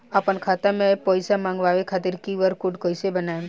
आपन खाता मे पईसा मँगवावे खातिर क्यू.आर कोड कईसे बनाएम?